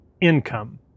income